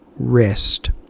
Rest